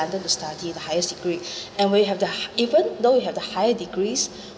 to study the highest degree and when you have the even though you have the higher degrees